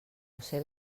josé